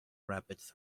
rapids